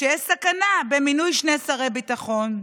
שיש סכנה במינוי שני שרי ביטחון,